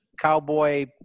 cowboy